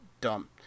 dumb